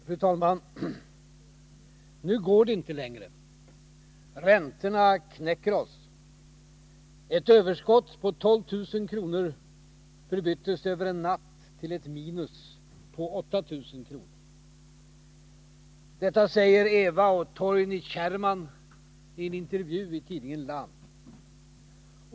Fru talman! ”Nu går det inte längre. —-—-—-— Räntorna knäcker oss.” Ett överskott på 12 000 kr. förbyttes över en natt i ett minus på 8 000 kr. Detta säger Eva och Torgny Kärrman i en intervju i tidningen Land.